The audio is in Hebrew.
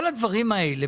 כל הדברים האלה,